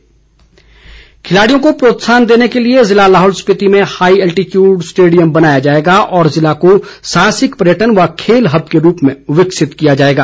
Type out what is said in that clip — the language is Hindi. गोविंद ठाक्र खिलाड़ियों को प्रोत्साहन देने के लिए जिला लाहौल स्पिति में हाई एल्टीचियूड स्टेडियम बनाया जाएगा और जिले को साहसिक पर्यटन व खेल हब के रूप में विकसित किया जाएगा